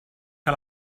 que